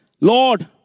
Lord